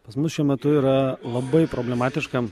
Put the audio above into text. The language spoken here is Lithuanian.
pas mus šiuo metu yra labai problematiška